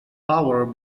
power